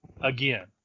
again